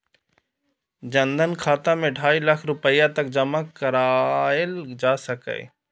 जन धन खाता मे ढाइ लाख रुपैया तक जमा कराएल जा सकैए